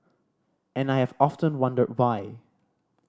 and I have often wondered why